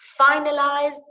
finalized